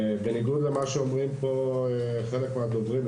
בניגוד למה שאומרים פה חלק מהדוברים,